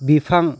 बिफां